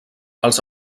els